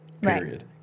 Period